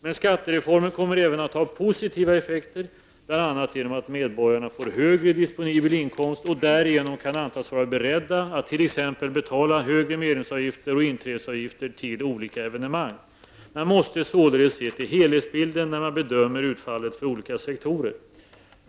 Men skattereformen kommer även att ha positiva effekter, bl.a. genom att medborgarna får högre disponibel inkomst och därigenom kan antas vara beredda att t.ex. betala högre medlemsavgifter och inträdesavgifter till olika evenemang. Man måste således se till helhetsbilden när man bedömer utfallet för olika sektorer.